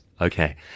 Okay